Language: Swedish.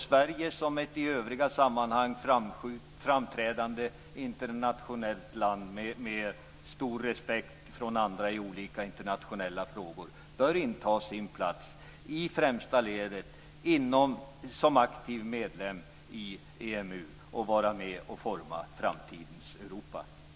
Sverige, som i övriga sammanhang är ett framträdande internationellt land med stor respekt från andra i olika internationella frågor, bör inta sin plats i främsta ledet som aktiv medlem i EMU och vara med och forma framtidens Europa.